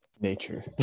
nature